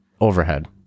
overhead